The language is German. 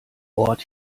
ort